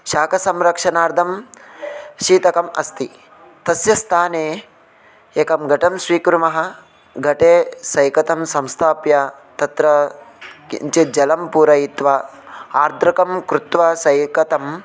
शाकसंरक्षणार्थं शीतकम् अस्ति तस्य स्थाने एकं गटं स्वीकुर्मः गटे सैकतं संस्थाप्य तत्र किञ्चित् जलं पूरयित्वा आर्द्रकं कृत्वा सैकतम्